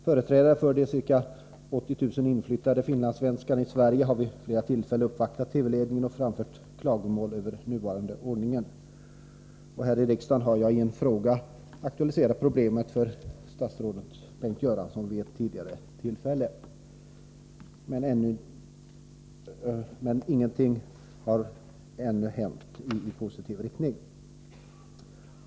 Företrädare för de ca 80 000 inflyttade finlandssvenskarna i Sverige har vid flera tillfällen uppvaktat TV-ledningen och framfört klagomål över den nuvarande ordningen. Här i riksdagen har jag i en fråga aktualiserat problemet för statsrådet Bengt Göransson vid ett tidigare tillfälle. Men ännu har ingenting hänt i positiv riktning.